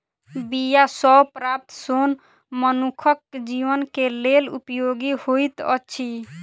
बीया सॅ प्राप्त सोन मनुखक जीवन के लेल उपयोगी होइत अछि